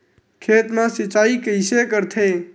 खेत मा सिंचाई कइसे करथे?